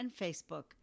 Facebook